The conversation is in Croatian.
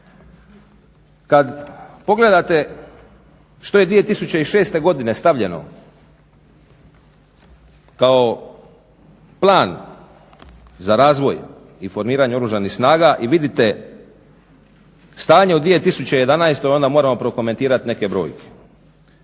kad pogledate što je 2006. godine stavljeno kao plan za razvoj i formiranje Oružanih snaga i vidite stanje u 2011. onda moramo prokomentirat neke brojke.